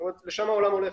לשם העולם הולך